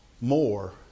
more